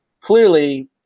clearly